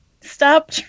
Stop